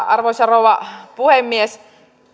arvoisa rouva puhemies